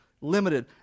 limited